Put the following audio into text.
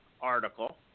article